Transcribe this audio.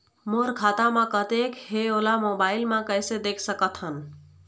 मोर खाता म कतेक हे ओला मोबाइल म कइसे देख सकत हन?